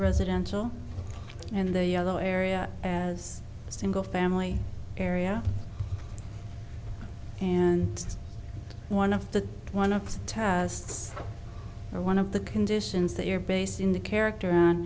residential and the yellow area as a single family area and one of the one of the tests and one of the conditions that your base in the character on